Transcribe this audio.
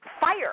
fire